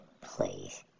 Please